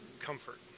comfort